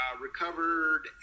recovered